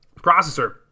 processor